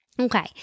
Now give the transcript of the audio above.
Okay